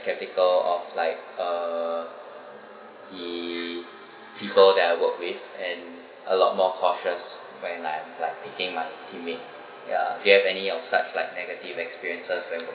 skeptical of like uh the people that I work with and a lot more cautious when I'm like picking my teammates ya do you have any of such like negative experiences involving